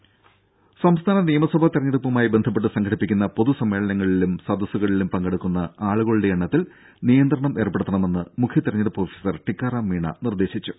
ദേദ സംസ്ഥാന നിയമസഭാ തെരഞ്ഞെടുപ്പുമായി ബന്ധപ്പെട്ട് സംഘടിപ്പിക്കുന്ന പൊതുസമ്മേളനങ്ങളിലും സദസ്സുകളിലും പങ്കെടുക്കുന്ന ആളുകളുടെ എണ്ണത്തിൽ നിയന്ത്രണം ഏർപ്പെടുത്തണമെന്ന് മുഖ്യതെരഞ്ഞെടുപ്പ് ഓഫീസർ ടീക്കാറാം മീണ നിർദേശിച്ചു